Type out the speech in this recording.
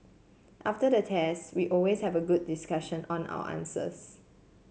after the test we always have a group discussion on our answers